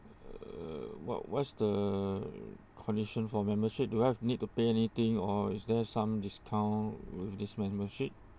uh what what's the conditions for membership do I've need to pay anything or is there some discount with this membership